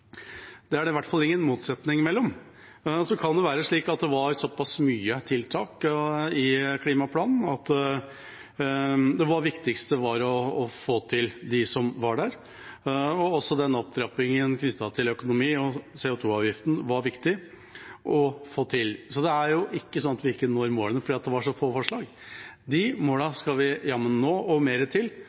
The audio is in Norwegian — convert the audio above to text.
Det er i hvert fall ingen motsetning mellom dem. Så kan det være slik at det var såpass mange tiltak i klimaplanen at det viktigste var å få til dem som var der. Også den opptrappingen som var knyttet til økonomi og CO 2 -avgiften, var viktig å få til. Det er ikke sånn at vi ikke når målene fordi det var så få forslag. De målene skal vi jammen nå, og flere til.